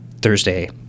Thursday